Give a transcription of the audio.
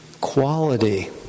quality